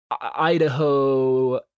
Idaho